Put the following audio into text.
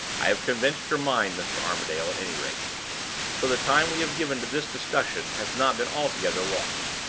i have convinced your mind, mr. armadale, at any rate so the time we have given to this discussion has not been altogether lost.